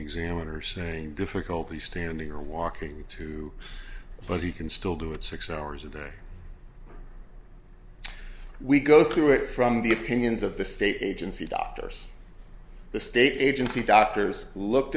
examiner same difficulty standing or walking to but you can still do it six hours a day we go through it from the opinions of the state agency doctors the state agency doctors looked